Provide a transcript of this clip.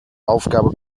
aufgabe